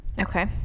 Okay